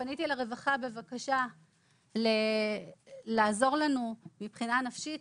כשפניתי לרווחה בבקשה לעזור לנו מבחינה נפשית,